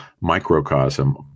microcosm